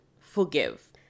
forgive